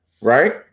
Right